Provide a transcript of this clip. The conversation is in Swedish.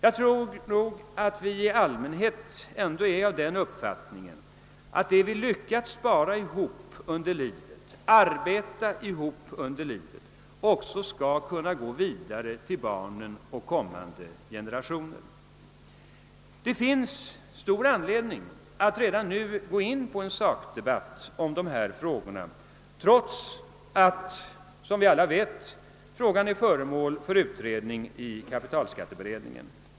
Vi har nog i allmänhet den uppfattningen att det vi lyckats arbeta och spara ihop under livet också skall kunna gå vidare till barnen och kommande generationer. Det finns stor anledning att redan nu gå in på en sakdebatt om dessa frågor, trots att de — som vi alla vet — är föremål för utredning i kapitalskatteberedningen.